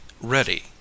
ready